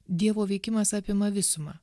dievo veikimas apima visumą